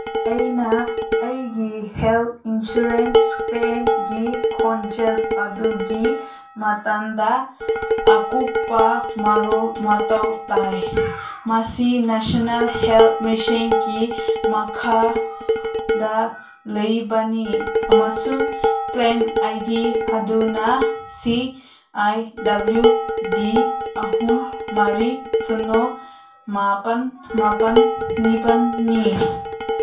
ꯑꯩꯅ ꯑꯩꯒꯤ health insurance ꯀ꯭ꯂꯦꯝꯒꯤ ꯈꯣꯡꯖꯦꯜ ꯑꯗꯨꯒꯤ ꯃꯇꯥꯡꯗ ꯑꯀꯨꯞꯄ ꯃꯔꯣꯜ ꯃꯊꯧ ꯇꯥꯏ ꯃꯁꯤ ꯅꯦꯁꯅꯦꯜ ꯍꯦꯜꯠ ꯃꯤꯁꯟꯒꯤ ꯃꯈꯥꯗ ꯂꯩꯕꯅꯤ ꯑꯃꯁꯨꯡ ꯀ꯭ꯂꯦꯝ ꯑꯥꯏ ꯗꯤ ꯑꯗꯨꯅ ꯁꯤ ꯑꯥꯏ ꯗꯕꯂ꯭ꯌꯨ ꯗꯤ ꯑꯍꯨꯝ ꯃꯔꯤ ꯁꯤꯅꯣ ꯃꯥꯄꯜ ꯃꯥꯄꯜ ꯅꯤꯄꯥꯜꯅꯤ